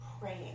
praying